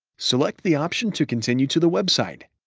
select the option to continue to the website.